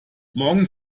morgen